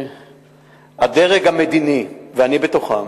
שהדרג המדיני ואני בתוכם